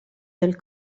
del